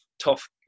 tough